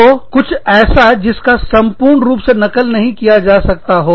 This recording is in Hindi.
तो कुछ ऐसा जिसका संपूर्ण रूप से नकल नहीं किया जा सकता हो